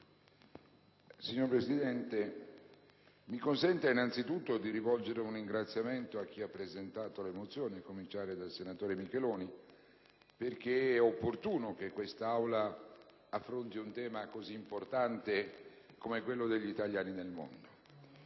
Signor Presidente, mi consenta innanzitutto di rivolgere un ringraziamento a chi ha presentato le mozioni, a cominciare dal senatore Micheloni, perché è opportuno che questa Aula affronti un tema così importante come quello degli italiani nel mondo.